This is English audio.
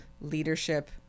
leadership